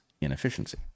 inefficiency